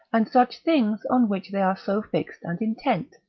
and such things on which they are so fixed and intent.